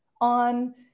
on